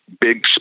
big